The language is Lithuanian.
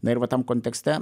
na ir va tam kontekste